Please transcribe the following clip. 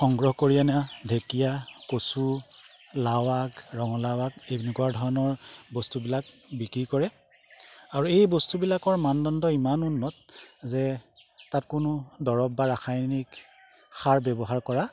সংগ্ৰহ কৰি অনা ঢেকীয়া কচু লাওআগ ৰঙালাওআগ এনেকুৱা ধৰণৰ বস্তুবিলাক বিক্ৰী কৰে আৰু এই বস্তুবিলাকৰ মানদণ্ড ইমান উন্নত যে তাত কোনো দৰৱ বা ৰাসায়নিক সাৰ ব্যৱহাৰ কৰা